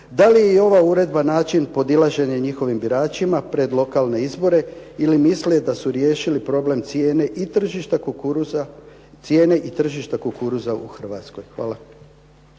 da li je i ova uredba način podilaženja njihovim biračima pred lokalne izbore ili misle da su riješili problem cijene i tržišta kukuruza, cijene